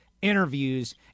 interviews